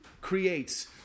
creates